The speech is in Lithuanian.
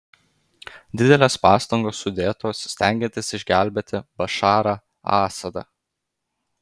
didelės pastangos sudėtos stengiantis išgelbėti bašarą asadą